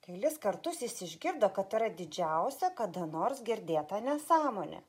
kelis kartus jis išgirdo kad yra didžiausia kada nors girdėta nesąmonė